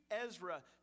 Ezra